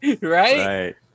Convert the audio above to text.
Right